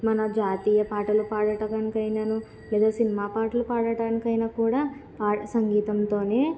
మన జాతీయ పాటలు పాడటానికి అయినను లేదా సినిమా పాటలు పాడటానికి అయినా కూడా పా సంగీతంతోనే